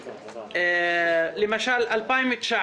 למשל, 2019,